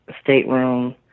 stateroom